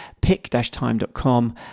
pick-time.com